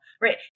right